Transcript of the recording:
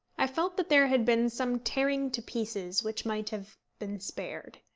i felt that there had been some tearing to pieces which might have been spared.